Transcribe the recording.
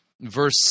verse